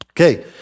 Okay